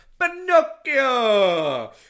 Pinocchio